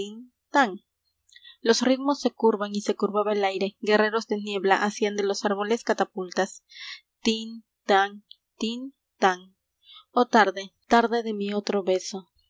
los ritmos se curvaban y se curvaba el aire guerreros de niebla hacían de los árboles catapultas tin tan tin tan oh tarde tarde de mi otro beso